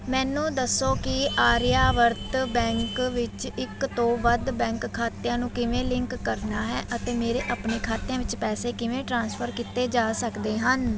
ਮੈਨੂੰ ਦੱਸੋ ਕਿ ਆਰਿਆਵਰਤ ਬੈਂਕ ਵਿੱਚ ਇੱਕ ਤੋਂ ਵੱਧ ਬੈਂਕ ਖਾਤਿਆਂ ਨੂੰ ਕਿਵੇਂ ਲਿੰਕ ਕਰਨਾ ਹੈ ਅਤੇ ਮੇਰੇ ਆਪਣੇ ਖਾਤਿਆਂ ਵਿੱਚ ਪੈਸੇ ਕਿਵੇਂ ਟ੍ਰਾਂਸਫਰ ਕੀਤੇ ਜਾ ਸਕਦੇ ਹਨ